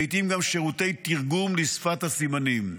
ולעיתים גם שירותי תרגום לשפת הסימנים,